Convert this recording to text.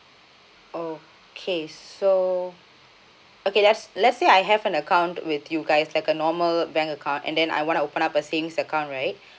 okay so okay let's let's say I have an account with you guys like a normal bank account and then I wanna open up a savings account right